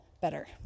better